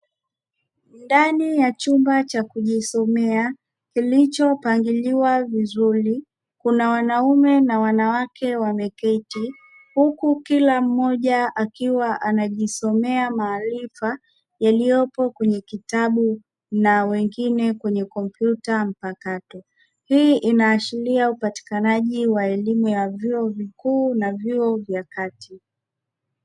Ndani ya chumba cha kujisomea kilichopangiliwa vizuri, kuna wanaume na wanawake wameketi huku kila mmoja akiwa anajisomea maarifa yaliyopo kwenye kitabu na wengine kwenye kompyuta mpakato. Hii inaashiria upatikanaji wa elimu ya vyuo vikuu na vyuo vya kati.